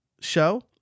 show